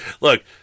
Look